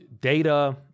Data